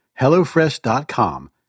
HelloFresh.com